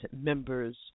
members